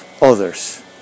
Others